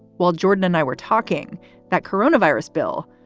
while jordan and i were talking that coronavirus bill,